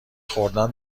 خوردن